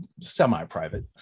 semi-private